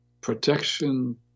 protection